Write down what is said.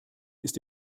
ist